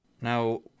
Now